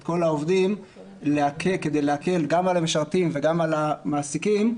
כל העובדים כדי להקל גם על המשרתים וגם על המעסיקים,